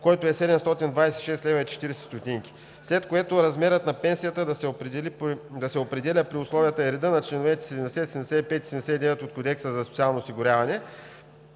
който е 726,40 лв., след което размерът на пенсията да се определя при условията и реда на членове 70, 75, 79 от Кодекса за социално осигуряване.